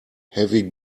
heavy